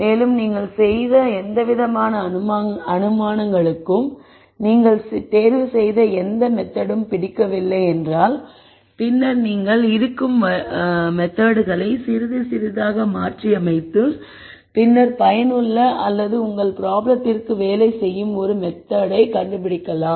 மேலும் நீங்கள் செய்த எந்தவிதமான அனுமானங்களுக்கும் நீங்கள் தேர்வு செய்த எந்த முறையும் பிடிக்கவில்லை என்றால் பின்னர் நீங்கள் இருக்கும் வழிமுறைகளை சிறிது சிறிதாக மாற்றியமைத்து பின்னர் பயனுள்ள அல்லது உங்கள் ப்ராப்ளத்திற்கு வேலை செய்யும் ஒரு மெத்தெட் ஐ கண்டுபிடியுங்கள்